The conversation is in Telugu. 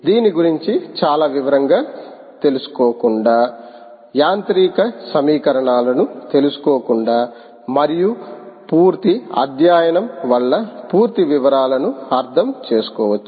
దీని గురించి చాలా వివరంగా తెలుసుకోకుండా యాంత్రిక సమీకరణాలను తెలుసుకోకుండా మరియు పూర్తి అధ్యయనం వల్ల పూర్తి వివరాలను అర్థం చేసుకోవచ్చు